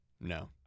no